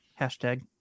hashtag